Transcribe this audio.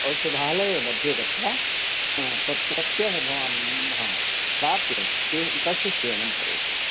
औषधालयमध्ये गत्वा तत्रत्यः भवान् हा प्राप्य ते तस्य शेवनं करोतु